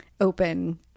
open